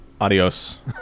Adios